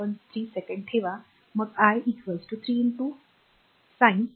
3 second ठेवामग i 3 sin 2π0